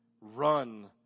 Run